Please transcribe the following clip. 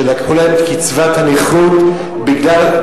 שלקחו להם את קצבת הנכות מפני,